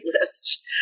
list